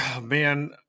Man